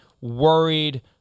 worried